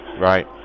Right